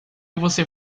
você